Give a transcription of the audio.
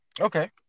Okay